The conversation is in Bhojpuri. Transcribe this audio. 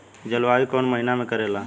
जलवायु कौन महीना में करेला?